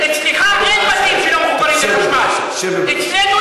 נאזם, אצלך אין בתים שלא מחוברים לחשמל, שב,